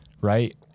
Right